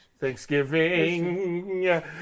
thanksgiving